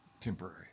temporary